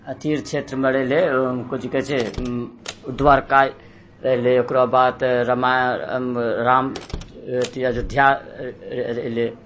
अथी र क्षेत्रमे रहलै ओ की चीज कहै छै द्वारका रहलै ओकरा बाद रामायण राम अथी अयोध्या एल एलै